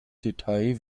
detail